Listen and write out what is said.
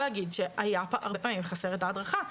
להגיד שהרבה פעמים ההדרכה הייתה חסרה.